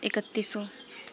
ਇਕੱਤੀ ਸੌ